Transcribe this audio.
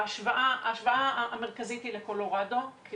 ההשוואה המרכזית היא לקולורדו כי